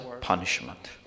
punishment